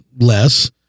less